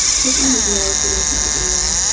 pushing his nose beneath my ear,